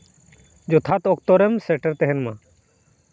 ᱡᱚᱛᱷᱟᱛ ᱚᱠᱛᱚ ᱨᱮᱢ ᱥᱮᱴᱮᱨ ᱛᱟᱦᱮᱱ ᱢᱟ